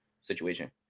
situation